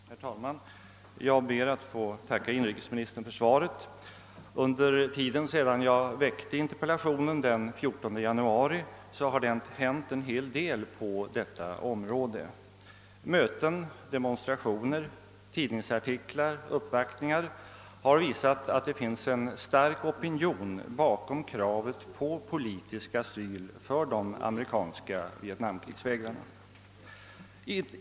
Herr talman! Jag ber att få tacka inrikesministern för svaret. Under den tid som gått sedan jag framställde min interpellation den 14 januari har det hänt en hel del på detta område. Möten, demonstrationer, tidningsartiklar och uppvaktningar har visat att det finns en stark opinion bakom kravet på politisk asyl för de amerikanska vietnamkrigsvägrarna.